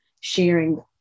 sharing